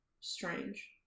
Strange